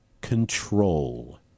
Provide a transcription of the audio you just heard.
control